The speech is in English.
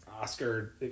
Oscar